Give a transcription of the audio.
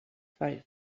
fight